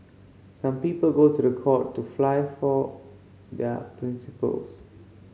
some people go to the court to fight for their principles